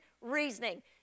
reasoning